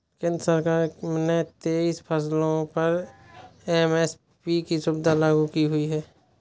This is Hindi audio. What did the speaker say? केंद्र सरकार ने तेईस फसलों पर एम.एस.पी की सुविधा लागू की हुई है